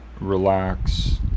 relax